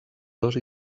dos